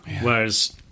whereas